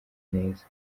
neza